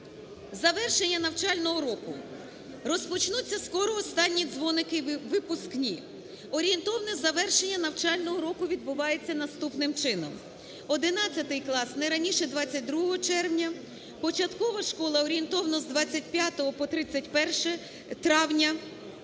завершення навчального року. Розпочнуться скоро останні дзвоники, випускні. Орієнтовне завершення навчального року відбувається наступним чином: 11-й клас – не раніше 22 червня, початкова школа – орієнтовно з 25 по 31 травня,